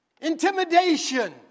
Intimidation